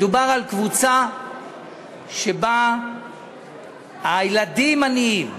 מדובר על קבוצה שבה הילדים עניים.